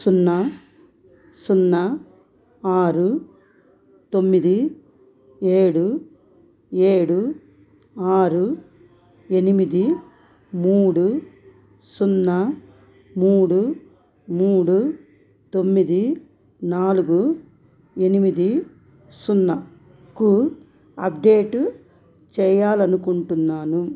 సున్నా సున్నా ఆరు తొమ్మిది ఏడు ఏడు ఆరు ఎనిమిది మూడు సున్నా మూడు మూడు తొమ్మిది నాలుగు ఎనిమిది సున్నాకు అప్డేటు చేయాలనుకుంటున్నాను